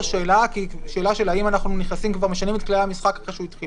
שאלה אם אנחנו משנים את כללי המשחק אחרי שהוא התחיל.